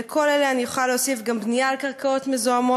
על כל אלה אני יכולה להוסיף גם בנייה על קרקעות מזוהמות,